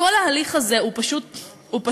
כל ההליך הזה הוא פשוט מגוחך.